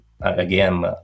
again